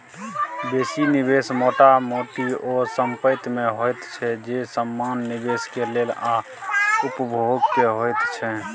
बेसी निवेश मोटा मोटी ओ संपेत में होइत छै जे समान निवेश के लेल आ उपभोग के होइत छै